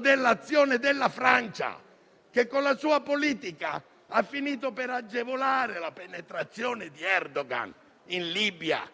dell'azione della Francia, che con la sua politica ha finito per agevolare la penetrazione di Erdogan in Libia,